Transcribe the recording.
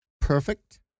perfect